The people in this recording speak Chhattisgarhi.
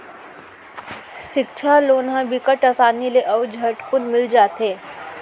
सिक्छा लोन ह बिकट असानी ले अउ झटकुन मिल जाथे